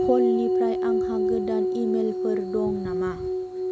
पलनिफ्राय आंहा गोदान इमेलफोर दं नामा